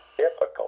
difficult